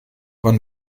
wann